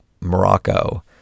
Morocco